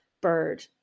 bird